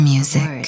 Music